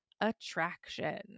Attraction